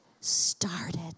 started